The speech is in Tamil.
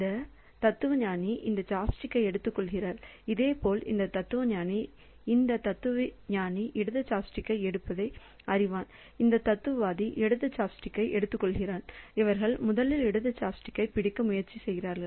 இந்த தத்துவஞானி இந்த சாப்ஸ்டிக்கை எடுத்துக்கொள்கிறார் இதேபோல் இந்த தத்துவஞானி இந்த தத்துவஞானி இடது சாப்ஸ்டிக்கை எடுப்பதை அறிவான் இந்த தத்துவவாதி இடது சாப்ஸ்டிக்கை எடுத்துக்கொள்கிறான் அவர்கள் முதலில் இடது சாப்ஸ்டிக்கைப் பிடிக்க முயற்சி செய்கிறார்கள்